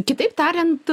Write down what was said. kitaip tariant